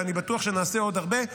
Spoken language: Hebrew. ואני בטוח שנעשה עוד הרבה.